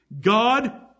God